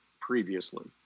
previously